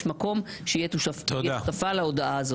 יש מקום שהיא תהיה שותפה להודעה הזאת.